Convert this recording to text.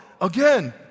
Again